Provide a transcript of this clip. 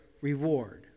reward